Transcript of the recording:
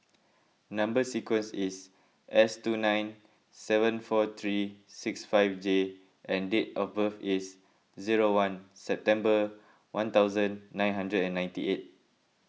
Number Sequence is S two nine seven four three six five J and date of birth is zero one September one thousand nine hundred and ninety eight